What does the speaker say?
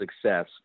success